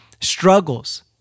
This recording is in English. struggles